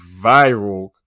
viral